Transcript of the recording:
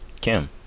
Kim